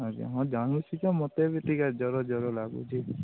ଆଜ୍ଞା ହଁ ଜାଣୁଛି ଯେ ମୋତେ ବି ଟିକେ ଜ୍ୱର ଜ୍ୱର ଲାଗୁଛି